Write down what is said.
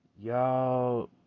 y'all